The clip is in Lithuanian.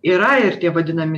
yra ir tie vadinami